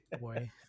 boy